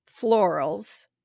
florals